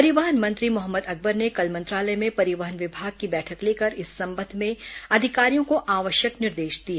परिवहन मंत्री मोहम्मद अकबर ने कल मंत्रालय में परिवहन विभाग की बैठक लेकर इस संबंध में अधिकारियों को आवश्यक निर्देश दिए